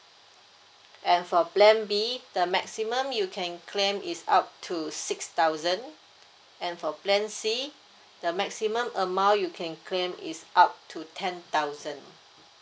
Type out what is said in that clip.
and for plan B the maximum you can claim is up to six thousand and for plan C the maximum amount you can claim is up to ten thousand